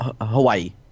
Hawaii